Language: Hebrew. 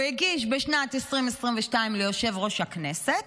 הוא הגיש בשנת 2022 ליושב-ראש הכנסת,